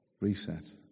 reset